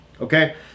Okay